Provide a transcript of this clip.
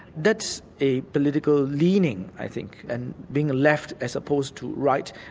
that's a political leaning i think, and being left as opposed to right,